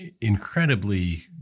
incredibly